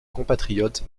compatriote